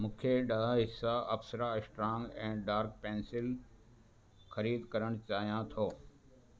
मूंखे ॾह हिसा Apsara strong and dark pencil ख़रीदु करणु चाहियां थो